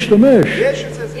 יש את זה.